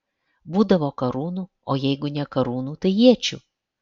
būdavo karūnų o jeigu ne karūnų tai iečių